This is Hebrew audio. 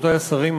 רבותי השרים,